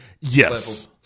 Yes